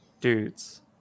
dudes